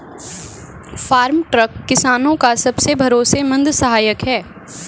farm truck किसानो का सबसे भरोसेमंद सहायक है